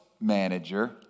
manager